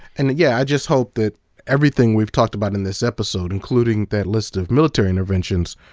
and yeah, i just hope that everything we've talked about in this episode, including that list of military interventions,